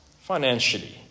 financially